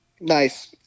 Nice